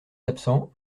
absent